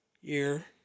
year